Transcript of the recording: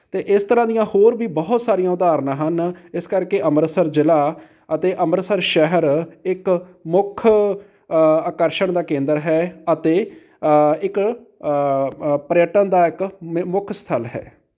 ਅਤੇ ਇਸ ਤਰ੍ਹਾਂ ਦੀਆਂ ਹੋਰ ਵੀ ਬਹੁਤ ਸਾਰੀਆਂ ਉਦਾਹਰਨਾਂ ਹਨ ਇਸ ਕਰਕੇ ਅੰਮ੍ਰਿਤਸਰ ਜ਼ਿਲ੍ਹਾ ਅਤੇ ਅੰਮ੍ਰਿਤਸਰ ਸ਼ਹਿਰ ਇੱਕ ਮੁੱਖ ਆਕਰਸ਼ਣ ਦਾ ਕੇਂਦਰ ਹੈ ਅਤੇ ਇੱਕ ਪ੍ਰਯਟਨ ਦਾ ਇੱਕ ਮ ਮੁੱਖ ਸਥਲ ਹੈ